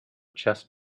just